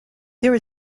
there